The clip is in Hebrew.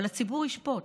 אבל הציבור ישפוט.